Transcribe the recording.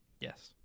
Yes